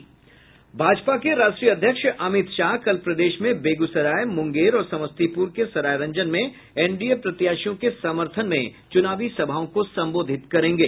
भाजपा के राष्ट्रीय अध्यक्ष अमित शाह कल प्रदेश में बेगूसराय मुंगेर और समस्तीपुर के सरायरंजन में एनडीए प्रत्याशियों के समर्थन में चुनावी सभाओं को संबोधित करेंगे